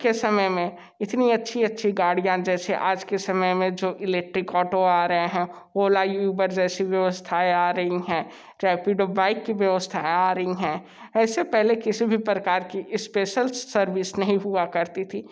के समय में इतनी अच्छी अच्छी गाड़ियाँ जैसे आज के समय में जो इलेक्ट्रिक ऑटो आ रहे हैं ओला युबर जैसी व्यवस्थाएं आ रही हैं रेपिडो बाइक की व्यवस्था आ रही हैं ऐसे पहले किसी भी प्रकार की स्पेशल सर्विस नहीं हुआ करती थी